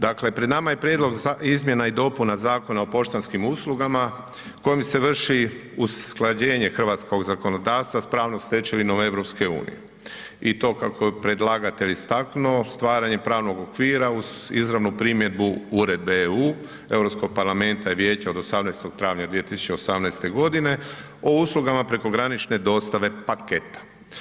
Dakle, pred nama je Prijedlog izmjena i dopuna Zakona o poštanskim uslugama kojim se vrši usklađenje hrvatskog zakonodavstva s pravnom stečevinom EU i to kako je predlagatelj istaknuo, stvaranjem pravnog okvira uz izravnu primjedbu Uredbe EU, Europskog parlamenta i vijeća od 18. travnja 2018. godine o uslugama prekogranične dostave paketa.